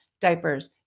diapers